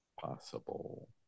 possible